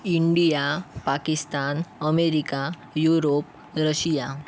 India Pakistan America Europe Russia